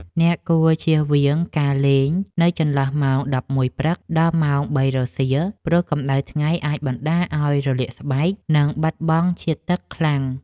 អ្នកគួរជៀសវាងការលេងនៅចន្លោះម៉ោង ១១ ព្រឹក ដល់ម៉ោង ៣ រសៀល ព្រោះកម្ដៅថ្ងៃអាចបណ្ដាលឱ្យរលាកស្បែក និងបាត់បង់ជាតិទឹកខ្លាំង។